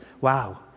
Wow